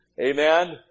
Amen